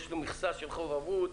יש לו מכסה של חוב אבוד,